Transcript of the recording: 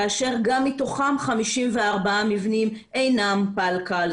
כאשר גם מתוכם 54 מבנים אינם פלקל.